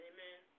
Amen